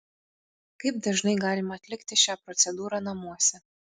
kaip dažnai galima atlikti šią procedūrą namuose